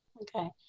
ok.